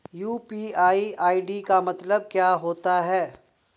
UPI ID का मतलब क्या होता है?